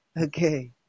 Okay